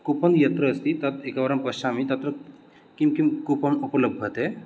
coupon यत्र अस्ति तत् एकवारं पश्यामि तत्र किं किं कूपन् उपलभ्यते